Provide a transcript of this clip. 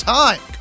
time